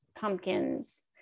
pumpkins